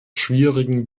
schwierigen